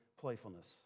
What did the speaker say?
playfulness